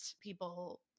people